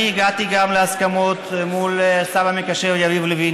אני הגעתי גם להסכמות מול השר המקשר יריב לוין